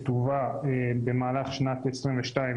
שתובל במהלך שנת 2022,